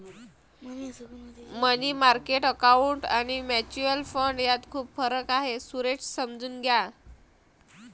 मनी market account आणि mutual fund यात खूप फरक आहे, सुरेश समजून घ्या